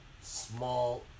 Small